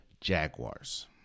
Jaguars